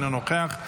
אינו נוכח,